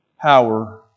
power